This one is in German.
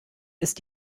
ist